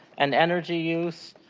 and energy use.